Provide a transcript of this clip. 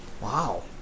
Wow